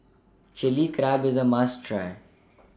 Chili Crab IS A must Try